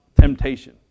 temptation